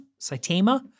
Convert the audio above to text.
Saitama